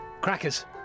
Crackers